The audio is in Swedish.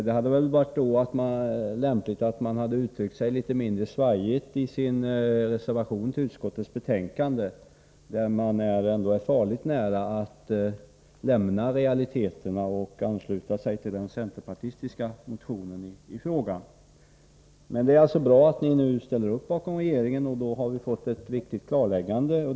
Det hade väl då varit lämpligt att man hade uttryckt sig litet mindre svajigt i sin reservation som är fogad till utskottsbetänkandet och där man är farligt nära att lämna realiteterna och ansluta sig till den centerpartistiska motionen i frågan. Men det är bra att ni nu ställer upp bakom regeringen, och då har vi fått ett viktigt klarläggande.